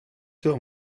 told